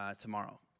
tomorrow